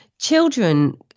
children